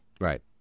Right